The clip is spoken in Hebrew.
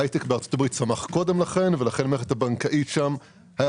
שההייטק בארצות הברית צמח קודם לכן ולכן למערכת הבנקאית שם היה